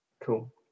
Cool